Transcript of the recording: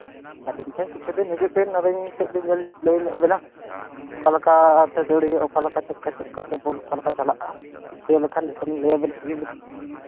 ᱟᱹᱞᱤᱧ ᱴᱷᱮᱱ ᱠᱤᱪᱷᱩ ᱫᱤᱱ ᱦᱤᱡᱩᱜ ᱵᱤᱱ ᱟᱹᱞᱤᱧ ᱠᱟᱹᱡ ᱞᱤᱧ ᱞᱟᱹᱭ ᱧᱚᱜ ᱵᱮᱱᱟ ᱚᱠᱟ ᱞᱮᱠᱟᱛᱮ ᱫᱟᱹᱲ ᱦᱩᱭᱩᱜᱼᱟ ᱚᱠᱟ ᱞᱮᱠᱟ ᱪᱮᱫ ᱞᱮᱠᱟᱛᱮ ᱵᱚᱞ ᱚᱠᱟ ᱞᱮᱠᱟ ᱪᱟᱞᱟᱜᱼᱟ ᱦᱮᱡ ᱞᱮᱱᱠᱷᱟᱱ ᱡᱚᱛᱚᱞᱤᱧ ᱞᱟᱹᱭ ᱵᱮᱱᱟ ᱦᱤᱡᱩᱜ ᱵᱤᱱ